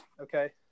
okay